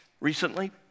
recently